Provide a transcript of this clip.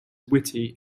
witty